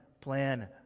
plan